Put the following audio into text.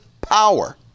power